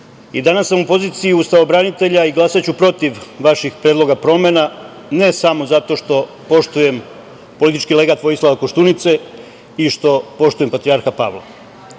Danas sam u poziciji ustavobranitelja i glasaću protiv vaših predloga promena, ne samo zato što poštujem politički legat Vojislava Koštunice i što poštujem patrijarha